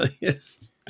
Yes